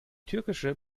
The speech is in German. türkische